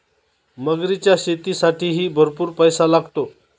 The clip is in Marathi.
मगरीच्या शेतीसाठीही भरपूर पैसा लागतो